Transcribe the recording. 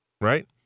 right